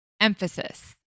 emphasis